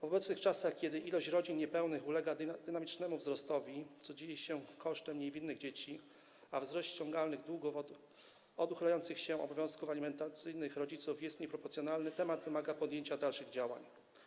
W obecnych czasach, kiedy ilość rodzin niepełnych ulega dynamicznemu wzrostowi, co dzieje się kosztem niewinnych dzieci, wzrost ściągalnych długów od uchylających się od obowiązków alimentacyjnych rodziców jest nieproporcjonalny, temat wymaga podjęcia dalszych działań.